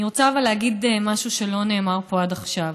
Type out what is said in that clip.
אבל אני רוצה להגיד משהו שלא נאמר פה עד עכשיו.